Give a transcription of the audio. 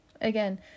again